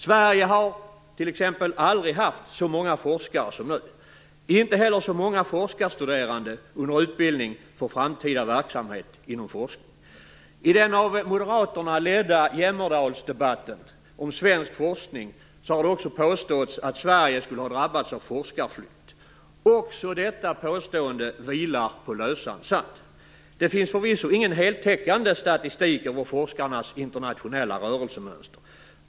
Sverige har aldrig haft så många forskare som nu, inte heller så många forskarstuderande under utbildning för framtida verksamhet inom forskning. I den av Moderaterna ledda jämmerdalsdebatten om svensk forskning har det påståtts att Sverige skulle ha drabbats av forskarflykt. Också detta påstående vilar på lösan sand. Det finns förvisso ingen heltäckande statistik över forskarnas internationella rörelsemönster.